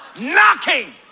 knocking